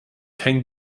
kein